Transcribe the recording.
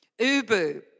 Ubu